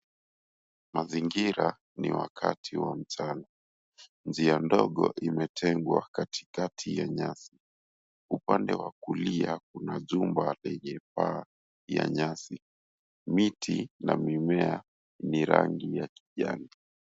Mazingira ni wakati wa mchana. Njia ndogo imetengwa katikati ya nyasi. Upande wa kulia kuna jumba lenye paa ya nyasi. Miti na mimea ni rangi ya kijani.